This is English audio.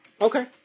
Okay